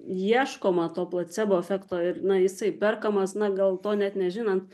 ieškoma to placebo efekto ir na jisai perkamas na gal to net nežinant